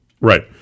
Right